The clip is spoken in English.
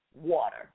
water